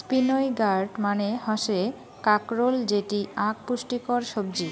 spiny gourd মানে হসে কাঁকরোল যেটি আক পুষ্টিকর সবজি